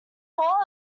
call